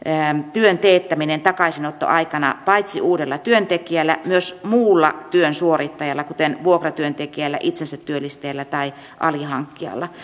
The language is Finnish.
työn teettäminen takaisinottoaikana paitsi uudella työntekijällä myös muulla työn suorittajalla kuten vuokratyöntekijällä itsensätyöllistäjällä tai alihankkijalla